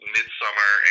Midsummer